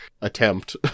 attempt